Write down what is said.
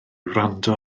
wrando